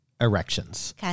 erections